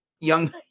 young